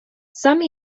some